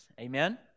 Amen